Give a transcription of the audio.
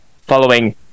following